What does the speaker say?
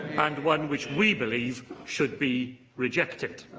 and one which we believe should be rejected.